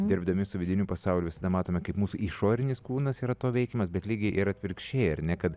dirbdami su vidiniu pasauliu visada matome kaip mūsų išorinis kūnas yra to veikiamas bet lygiai ir atvirkščiai ar ne kad